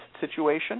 situation